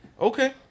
Okay